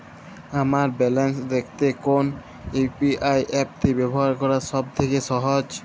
আমার ব্যালান্স দেখতে কোন ইউ.পি.আই অ্যাপটি ব্যবহার করা সব থেকে সহজ?